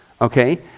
okay